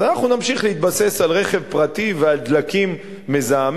אז אנחנו נמשיך להתבסס על רכב פרטי ועל דלקים מזהמים,